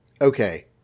okay